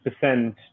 percent